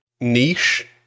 niche